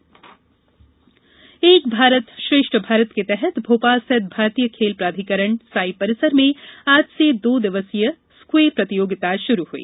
एक भारत श्रेष्ठ भारत एक भारत श्रेष्ठ भारत के तहत भोपाल स्थित भारतीय खेल प्राधिकरण साई परिसर में आज से दो दिवसीय स्क्वे प्रतियोगिता शुरू हुई